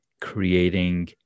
creating